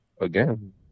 again